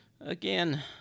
again